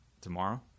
tomorrow